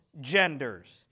genders